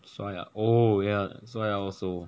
刷牙 oh ya 刷牙 also